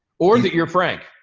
or that you're frank,